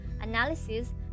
analysis